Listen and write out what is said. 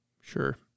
sure